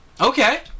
Okay